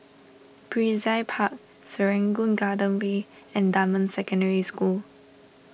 Brizay Park Serangoon Garden Way and Dunman Secondary School